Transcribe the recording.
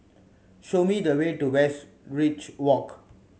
show me the way to Westridge Walk